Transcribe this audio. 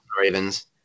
Ravens